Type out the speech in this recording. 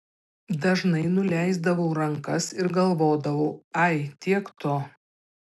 dažnai nuleisdavau rankas ir galvodavau ai tiek to